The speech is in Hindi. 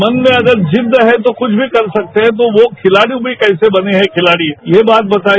मन में अगर जिद्द है तो कुछ भी कर सकते हैं तो वो खिलाड़ी भी कैसे बने हैं खिलाड़ी ये बात बताई